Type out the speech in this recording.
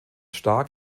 stark